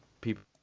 people